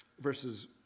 verses